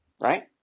Right